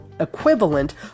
equivalent